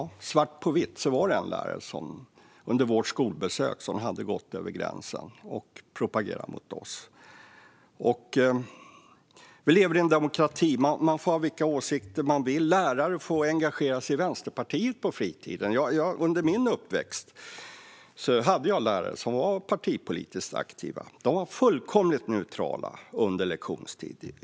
Svart på vitt var det en lärare som under vårt skolbesök hade gått över gränsen och propagerat mot oss. Vi lever i en demokrati. Man får ha vilka åsikter man vill. Lärare får engagera sig i Vänsterpartiet på fritiden. Under min uppväxt hade jag lärare som var partipolitiskt aktiva. De var fullkomligt neutrala under lektionstid.